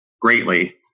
greatly